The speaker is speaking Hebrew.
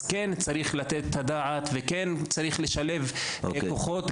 אז כן צריך לתת את הדעת וכן צריך לשלב כוחות,